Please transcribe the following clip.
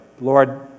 Lord